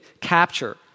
capture